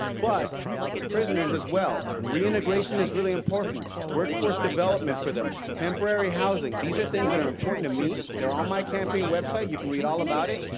but prisoners as well. reintegration is really important, workforce development for them, temporary housing. these are things that are important to me. they are on my campaign website. you can read all about it.